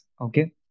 okay